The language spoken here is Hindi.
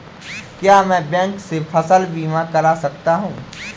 क्या मैं बैंक से फसल बीमा करा सकता हूँ?